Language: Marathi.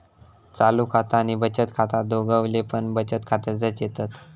चालू खाता आणि बचत खाता दोघवले पण बचत खात्यातच येतत